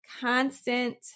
constant